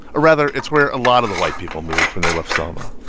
or rather, it's where a lot of the white people moved when they left selma.